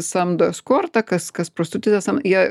samdo eskortą kas kas prostitutes sam jie